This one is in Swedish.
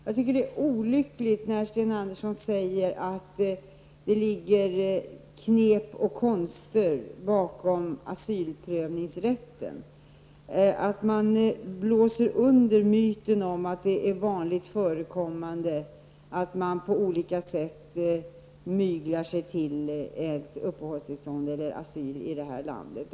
Jag tycker att det är olyckligt att Sten Andersson säger att det ligger knep och konster bakom asylprövningsrätten och att han blåser under myten om att det är vanligt förekommande att man på olika sätt myglar sig till uppehållstillstånd eller asyl i det här landet.